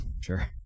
Sure